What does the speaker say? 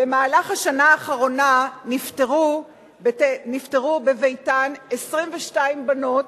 במהלך השנה האחרונה נפטרו בביתן 22 בנות